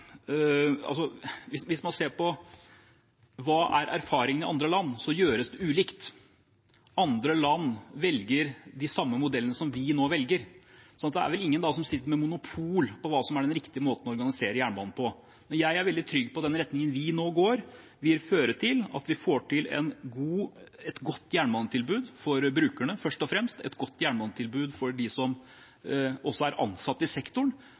nå velger. Det er vel ingen som sitter med monopol på hva som er den riktige måten å organisere jernbanen på. Men jeg er veldig trygg på at den retningen vi nå går i, vil føre til at vi får til et godt jernbanetilbud for brukerne, først og fremst, et godt jernbanetilbud til de ansatte i sektoren og en effektiv drift av norsk jernbane. Interpellasjonsdebatten er då avslutta. I